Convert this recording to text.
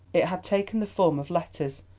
it had taken the form of letters,